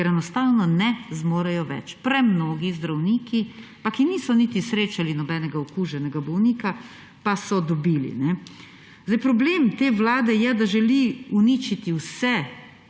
ker enostavno ne zmorejo več. Premnogi zdravniki, ki pa niso niti srečali nobenega okuženega bolnika, pa so dobili. Problem te vlade je, da želi uničiti vse